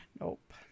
Nope